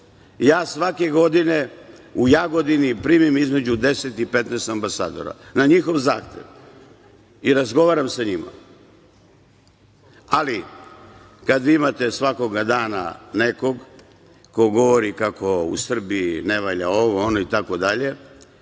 svake godine u Jagodini primim između 10 i 15 ambasadora na njihov zahtev i razgovaram sa njima, ali kada vi imate svakog dana nekog ko govori kako u Srbiji ne valja ovo, ono itd, to je